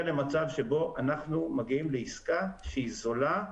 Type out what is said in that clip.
למצב שבו אנחנו מגיעים לעסקה שהיא זולה.